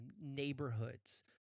neighborhoods